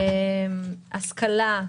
השכלה.